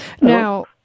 Now